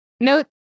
Note